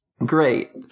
Great